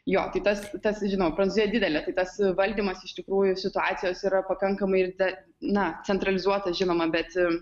jo tai tas tas žinoma prancūzija didelė tai tas valdymas iš tikrųjų situacijos yra pakankamai ir ta na centralizuota žinoma bet